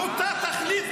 לאותה תכלית,